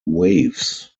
waves